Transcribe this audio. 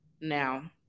Now